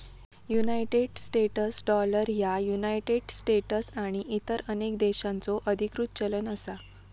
United States dollar ह्या United States आणि इतर अनेक देशांचो अधिकृत चलन असा